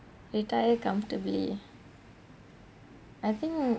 retire comfortably I think